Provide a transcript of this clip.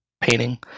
painting